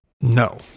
No